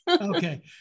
Okay